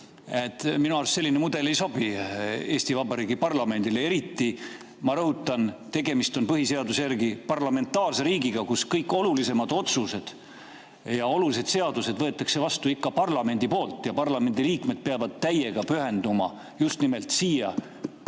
Minu arust selline mudel ei sobi Eesti Vabariigi parlamendile, eriti seepärast, ma rõhutan, et tegemist on põhiseaduse järgi parlamentaarse riigiga, kus kõik olulisemad otsused, olulised seadused võetakse vastu parlamendi poolt ja parlamendiliikmed peavad täiega pühenduma just nimelt selle